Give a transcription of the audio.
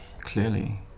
Clearly